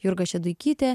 jurga šeduikytė